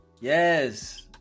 yes